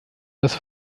das